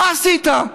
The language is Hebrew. מה עשית?